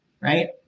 right